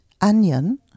onion